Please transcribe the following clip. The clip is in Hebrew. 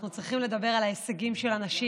אנחנו צריכים לדבר על ההישגים של הנשים,